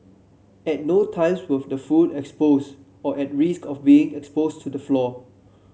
at no times was the food exposed or at risk of being exposed to the floor